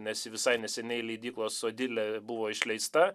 nes ji visai neseniai leidyklos odilė buvo išleista